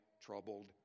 troubled